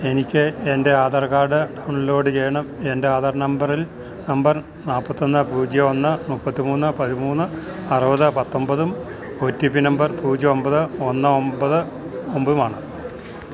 എനിക്ക് എൻ്റെ Aadhaar card download ചെയ്യണം എൻ്റെ ആധാർ നമ്പറിൽ നമ്പർ നാല്പത്തൊന്ന് പൂജ്യം ഒന്ന് മുപ്പത്തിമൂന്ന് പതിമൂന്ന് അറുപത് പത്തൊമ്പതും ഒ ടി പി നമ്പർ പൂജ്യം ഒമ്പത് ഒന്ന് ഒമ്പത് ഒമ്പതുമാണ്